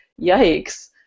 Yikes